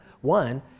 one